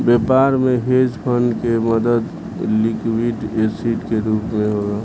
व्यापार में hedge fund के मदद लिक्विड एसिड के रूप होला